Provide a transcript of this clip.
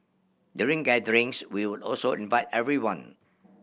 during gatherings we would also invite everyone